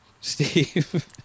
Steve